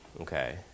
Okay